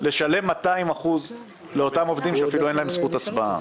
לשלם 200% לאותם עובדים שאפילו אין להם זכות הצבעה.